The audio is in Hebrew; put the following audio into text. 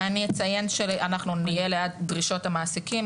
אני אציין שאנחנו נהיה ליד דרישות המעסיקים,